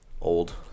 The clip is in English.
Old